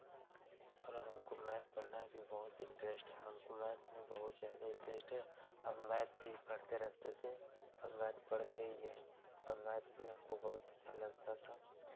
और हमको मैथ पढ़ने में भी बहुत इंट्रेस्ट है हमको मैथ में बहुत ज़्यादे इंट्रेस्ट है हम मैथ ही पढ़ते रहते थे और मैथ पढ़ते ही हैं और मैथ भी हमको बहुत अच्छा लगता था